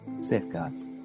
safeguards